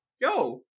yo